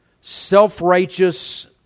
self-righteous